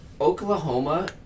Oklahoma –